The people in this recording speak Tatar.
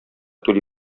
түли